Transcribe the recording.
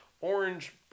orange